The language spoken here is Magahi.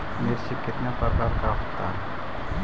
मिर्ची कितने प्रकार का होता है?